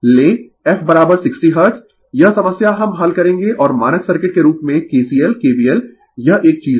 लें f 60 hertz यह समस्या हम हल करेंगें और मानक सर्किट के रूप में kcl kbl यह एक चीज है